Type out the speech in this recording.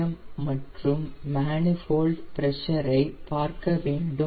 M மற்றும் manifold pressure ஐப் பார்க்கவேண்டும்